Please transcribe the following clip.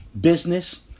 business